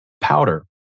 powder